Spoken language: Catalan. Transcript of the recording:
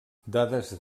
dades